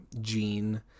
gene